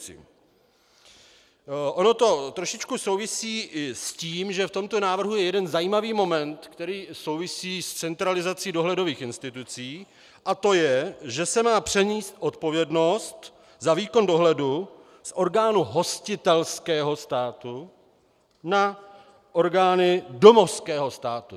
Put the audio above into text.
Ono to trošičku souvisí i s tím, že v tomto návrhu je jeden zajímavý moment, který souvisí s centralizací dohledových institucí, a to je, že se má přenést odpovědnost za výkon dohledu z orgánu hostitelského státu na orgány domovského státu.